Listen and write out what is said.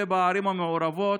ובערים המעורבות,